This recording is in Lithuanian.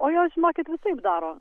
o jos žinokit visaip daro